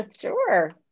Sure